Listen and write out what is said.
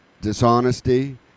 dishonesty